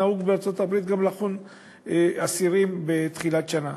נהוג בארצות-הברית גם לחון אסירים בתחילת שנה.